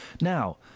Now